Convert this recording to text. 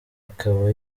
ikaba